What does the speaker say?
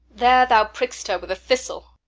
there thou prick'st her with a thistle.